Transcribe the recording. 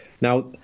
Now